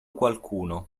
qualcuno